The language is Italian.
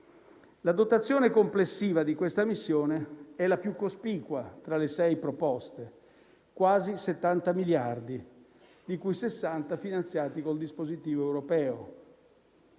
La dotazione complessiva di questa missione è la più cospicua tra le sei proposte (quasi 70 miliardi, di cui 60 finanziati con il dispositivo europeo).